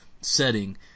setting